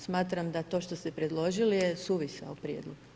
Smatram da to što ste predložiti je suvisao prijedlog.